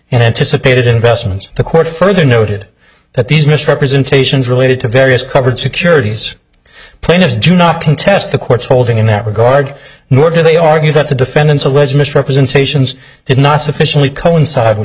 anticipated investments the court further noted that these misrepresentations related to various covered securities plaintiffs do not contest the court's holding in that regard nor do they argue that the defendants alleged misrepresentations did not sufficiently coincide with